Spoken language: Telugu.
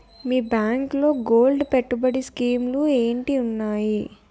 మీ బ్యాంకులో గోల్డ్ పెట్టుబడి స్కీం లు ఏంటి వున్నాయి?